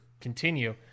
continue